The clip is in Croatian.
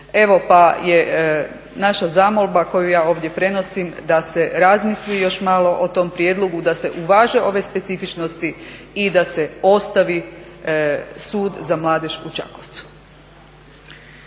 Evo naša zamolba koju ja ovdje prenosim da se razmisli još malo o tom prijedlogu, da se uvaže ove specifičnosti i da se ostavi Sud za mladež u Čakovcu.